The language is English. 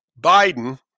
Biden